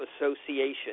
Association